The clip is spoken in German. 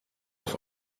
auf